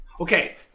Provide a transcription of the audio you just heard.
Okay